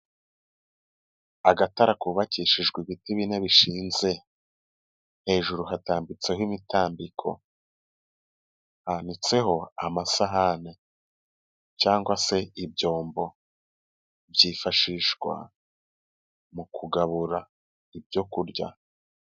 Agatanda kubakishijwe ibiti bine bishinze, hejuru hatambitseho imitambiko, hananitseho amasahani cyangwa se ibyombo byifashishwa mu kugabura ibyokurya.